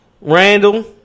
Randall